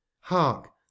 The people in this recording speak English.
hark